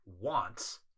wants